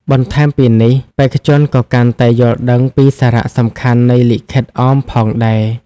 បន្ថែមពីនេះ បេក្ខជនក៏កាន់តែយល់ដឹងពីសារៈសំខាន់នៃលិខិតអមផងដែរ។